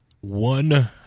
one